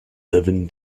seven